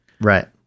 right